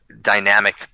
dynamic